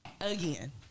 again